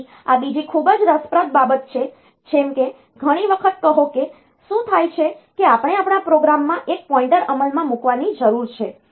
તેથી આ બીજી ખૂબ જ રસપ્રદ બાબત છે જેમ કે ઘણી વખત કહો કે શું થાય છે કે આપણે આપણા પ્રોગ્રામમાં એક પોઇન્ટર અમલમાં મૂકવાની જરૂર છે